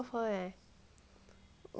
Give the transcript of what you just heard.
oh my god